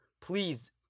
please